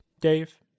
Dave